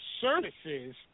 services